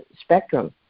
spectrum